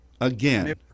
again